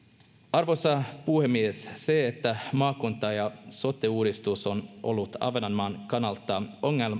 arvoisa puhemies se että maakunta ja sote uudistus on ollut ahvenanmaan kannalta